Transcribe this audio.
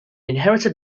inherited